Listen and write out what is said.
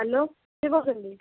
hello କିଏ କହୁଛନ୍ତି